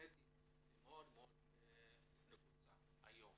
האינטרנטית מאוד נפוצה היום